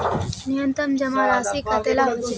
न्यूनतम जमा राशि कतेला होचे?